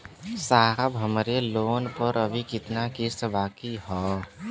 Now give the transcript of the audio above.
साहब हमरे लोन पर अभी कितना किस्त बाकी ह?